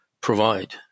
provide